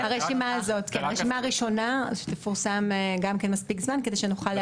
רשימה ראשונה שתפורסם גם כן מספיק זמן כדי שנוכל להיערך בהתאם.